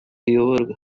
iyoborwa